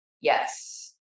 yes